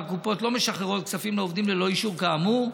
והקופות לא משחררות כספים לעובדים ללא אישור כאמור,